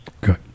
Good